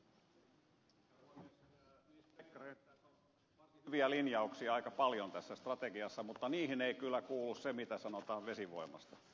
ministeri pekkarisella on varsin hyviä linjauksia aika paljon tässä strategiassa mutta niihin ei kyllä kuulu se mitä sanotaan vesivoimasta